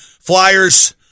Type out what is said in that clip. Flyers